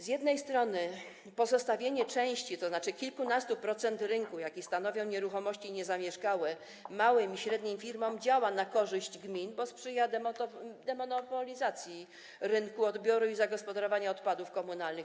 Z jednej strony pozostawienie części, tzn. kilkunastu procent rynku, jaki stanowią nieruchomości niezamieszkałe, małym i średnim firmom działa na korzyść gmin, bo sprzyja demonopolizacji rynku odbioru i zagospodarowania odpadów komunalnych.